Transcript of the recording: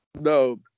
no